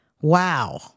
wow